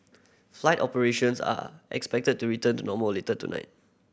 flight operations are expected to return to normal later tonight